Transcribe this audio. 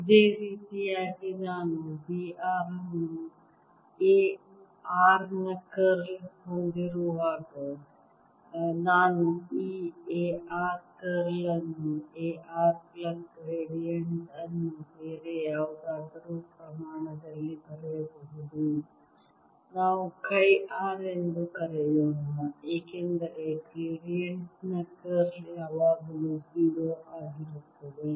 ಇದೇ ರೀತಿಯಾಗಿ ನಾನು B r ಅನ್ನು ಎ r ನ ಕರ್ಲ್ ಹೊಂದಿರುವಾಗ ನಾನು ಈ A r ಕರ್ಲ್ ಅನ್ನು A r ಪ್ಲಸ್ ಗ್ರೇಡಿಯಂಟ್ ಅನ್ನು ಬೇರೆ ಯಾವುದಾದರೂ ಪ್ರಮಾಣದಲ್ಲಿ ಬರೆಯಬಹುದು ನಾವು ಚಿ r ಎಂದು ಕರೆಯೋಣ ಏಕೆಂದರೆ ಗ್ರೇಡಿಯಂಟ್ ನ ಕರ್ಲ್ ಯಾವಾಗಲೂ 0 ಆಗಿರುತ್ತದೆ